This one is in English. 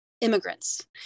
immigrants